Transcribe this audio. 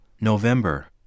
November